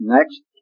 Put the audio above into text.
Next